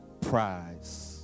prize